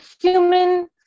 human